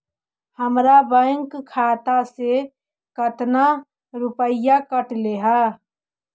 हमरा बैंक खाता से कतना रूपैया कटले है?